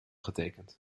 getekend